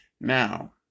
Now